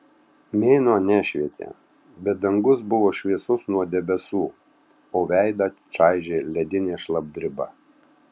mėnuo nešvietė bet dangus buvo šviesus nuo debesų o veidą čaižė ledinė šlapdriba